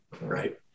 right